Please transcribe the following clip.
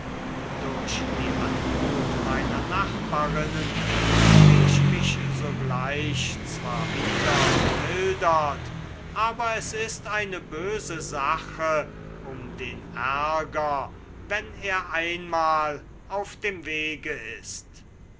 durch die anmut meiner nachbarinnen fühlte ich mich sogleich zwar wieder gemildert aber es ist eine böse sache um den ärger wenn er einmal auf dem wege ist